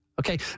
Okay